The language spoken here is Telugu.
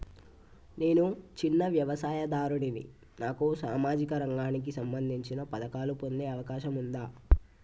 నేను చిన్న వ్యవసాయదారుడిని నాకు సామాజిక రంగానికి సంబంధించిన పథకాలు పొందే అవకాశం ఉందా?